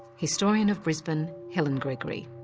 historian of brisbane, helen gregory.